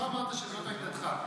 לא אמרת שזאת עמדתך.